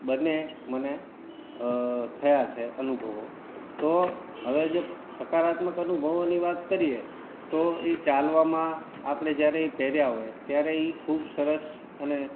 બંને મને અ થયા છે અનુભવો તો હવે જે સકારાત્મક અનુભવોની વાત કરીએ તો એ ચાલવામાં આપણે જયારે એ પહેર્યાં હોય ત્યારે એ ખૂબ સરસ અને